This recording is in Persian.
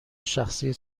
شخصی